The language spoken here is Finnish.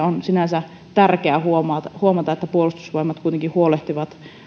on sinänsä tärkeä huomata huomata että puolustusvoimat kuitenkin huolehtii